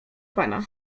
pana